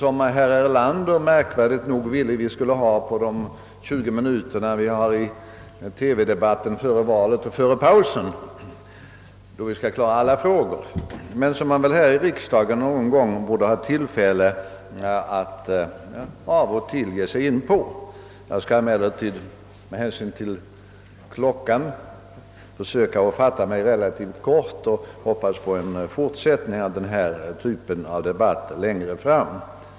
Herr Erlander ville, märkvärdigt nog, att vi skulle ha en sådan under de tjugo minuter som stod till förfogande för varje talare före pausen i den sista TV-de batten före valet, då vi dessutom skulle belysa alla frågor. Någon gång borde vi dock ha tillfälle att här i riksdagen föra en sådan debatt. Jag skall emellertid med hänsyn till tiden försöka fatta mig relativt kort och hoppas på en fortsättning av denna typ av debatt längre fram.